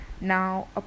Now